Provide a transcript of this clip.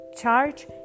charge